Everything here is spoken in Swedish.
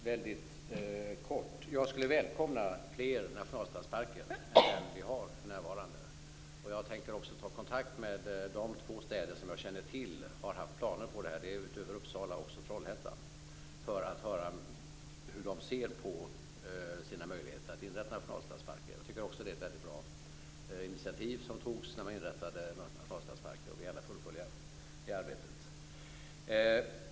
Mycket kort: Jag skulle välkomna fler nationalstadsparker än dem vi för närvarande har. Jag tänker också ta kontakt med de två städer som jag känner till har haft sådana planer. Det är utöver Uppsala också Trollhättan. Jag vill höra hur de ser på sina möjligheter att inrätta nationalstadsparker. Jag tycker också att det var ett bra initiativ som togs när man inrättade nationalstadsparker och jag vill gärna fullfölja det arbetet.